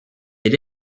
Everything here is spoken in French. elle